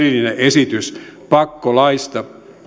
erillinen esitys pakkolaeista